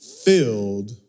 filled